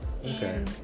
Okay